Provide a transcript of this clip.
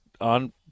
on